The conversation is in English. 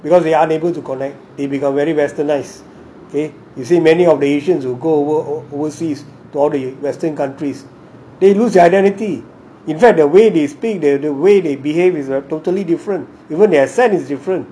because they are unable to connect they become very westernized they you see many of the asians will go over overseas to all the western countries they lose their identity in fact the way they speak the way they behave is like totally different even their accent is different